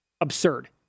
absurd